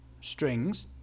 Strings